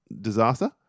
disaster